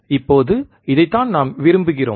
இப்போது இதை தான் நாம் விரும்புகிறோம்